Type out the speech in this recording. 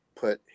put